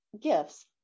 gifts